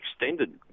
extended